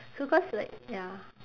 so cause like ya